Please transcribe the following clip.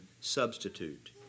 substitute